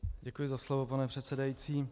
Děkuji za slovo, pane předsedající.